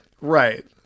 Right